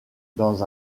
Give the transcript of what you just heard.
dans